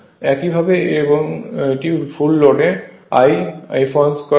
একইভাবে এবং এটি ফুল লোডে I fl 2 হবে